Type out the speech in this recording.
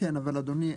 כן אבל אדוני,